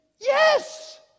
Yes